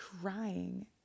crying